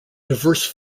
diverse